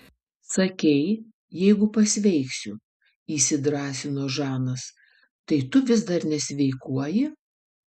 sakei jeigu pasveiksiu įsidrąsino žanas tai tu vis dar nesveikuoji